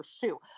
shoe